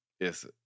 Yes